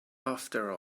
after